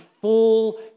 full